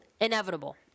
Inevitable